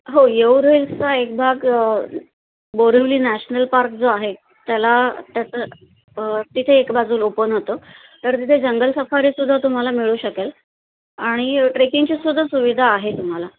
हो येऊर हिल्सचा एक भाग बोरिवली नॅशनल पार्क जो आहे त्याला त्याच तिथे एक बाजून ओपन होतं तर तिथे जंगल सफारीसुद्धा तुम्हाला मिळू शकेल आणि ट्रेकिंगचीसुद्धा सुविधा आहे तुम्हाला